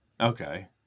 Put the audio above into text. Okay